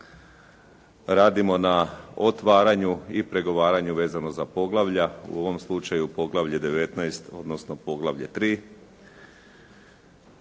radimo na otvaranju i pregovaranju vezano za poglavlja, u ovom slučaju poglavlje 19, odnosno poglavlje 3.